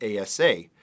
ASA